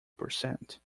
percent